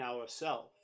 ourself